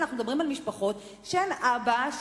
אנחנו מדברים על משפחות שאין אבא,